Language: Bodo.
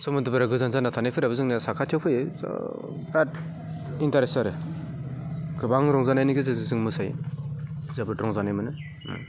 सोमोन्दोफोरा गोजान जाना थानायफोराबो जोंना साखाथियाव फैयो बिराथ इन्तारेस्ट आरो गोबां रंजानायनि गेजेरजों जों मोसायो जोबोद रंजानाय मोनो